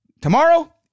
Tomorrow